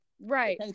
Right